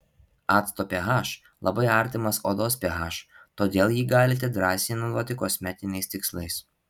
acto ph labai artimas odos ph todėl jį galite drąsiai naudoti kosmetiniais tikslais